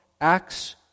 Acts